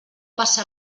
passa